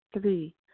Three